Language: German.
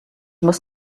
muss